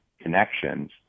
connections